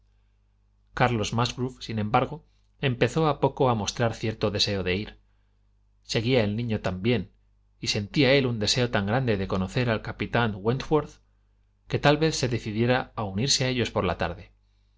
carlos musgrove sin embargo empezó a poco a mostrar cierto deseo de ir seguía el niño tan bien y sentía él un deseo tan grande de conocer al capitán wentworth que tal vez se decidiera a unirse a ellos por la tarde